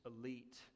elite